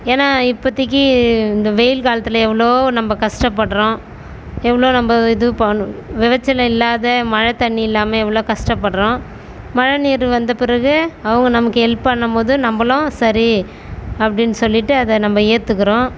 ஏன்னா இப்போத்திக்கி இந்த வெயில் காலத்தில் எவ்வளோவோ நம்ம கஷ்டப்பட்றோம் எவ்வளோ நம்ம இது பண் விளைச்சல் இல்லாத மழை தண்ணி இல்லாமல் எவ்வளோ கஷ்டப்பட்றோம் மழை நீர் வந்த பிறகு அவங்க நமக்கு ஹெல்ப் பண்ணும்போது நம்மளும் சரி அப்படின்னு சொல்லிட்டு அதை நம்ம ஏற்றுக்கறோம்